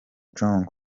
jong